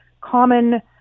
common